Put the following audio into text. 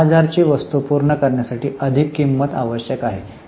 10000 ची वस्तू पूर्ण करण्यासाठी अधिक किंमत आवश्यक आहे